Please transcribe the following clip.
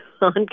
on